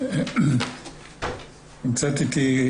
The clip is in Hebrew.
נמצאת איתי,